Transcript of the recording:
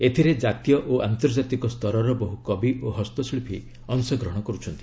ଏଥିରେ ଜାତୀୟ ଓ ଆନ୍ତର୍ଜାତିକ ସ୍ତରର ବହ୍ର କବି ଓ ହସ୍ତଶିଳ୍ପୀ ଅଂଶଗ୍ରହଣ କରୁଛନ୍ତି